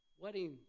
wedding